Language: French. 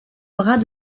bras